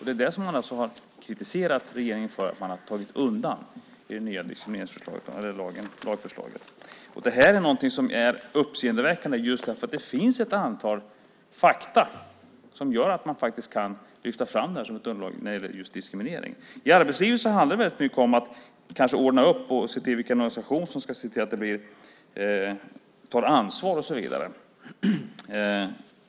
Det är det som man har kritiserat regeringen för att ha tagit undan i det nya lagförslaget. Det är något som är uppseendeväckande, för det finns ett antal fakta som gör att man kan lyfta fram det som ett underlag när det gäller diskriminering. I arbetslivet handlar det mycket om att ordna upp och se till vilken organisation som ska ta ansvar.